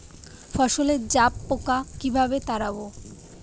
ফসলে জাবপোকা কিভাবে তাড়াব?